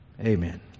Amen